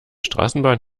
straßenbahn